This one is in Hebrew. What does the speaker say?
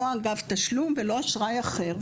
לא על גב תשלום ולא אשראי אחר,